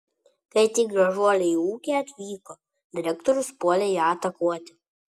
kai tik gražuolė į ūkį atvyko direktorius puolė ją atakuoti